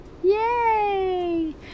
Yay